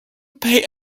pay